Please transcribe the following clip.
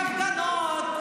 כי יפה מאוד לדבר בהפגנות,